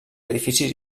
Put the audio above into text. edificis